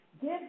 Give